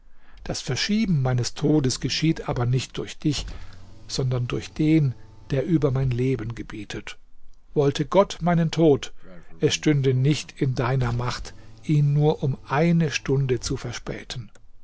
das verschieben meines todes geschieht aber nicht durch dich sondern durch den der über mein leben gebietet wollte gott meinen tod es stünde nicht in deiner macht ihn nur um eine stunde zu verspäten